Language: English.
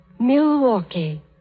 Milwaukee